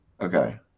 Okay